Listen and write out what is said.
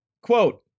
quote